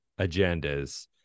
agendas